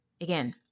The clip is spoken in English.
again